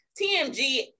tmg